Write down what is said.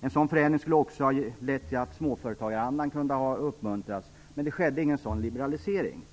En sådan förändring skulle också ha lett till att småföretagarandan kunde ha uppmuntrats, men det skedde ingen sådan liberalisering.